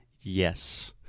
Yes